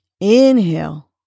Inhale